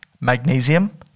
magnesium